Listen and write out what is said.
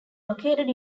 located